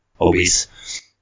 obese